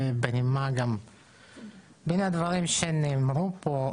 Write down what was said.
בין הדברים שנאמרו פה,